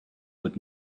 would